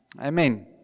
amen